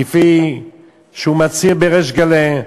כפי שהוא מצהיר בריש גלי,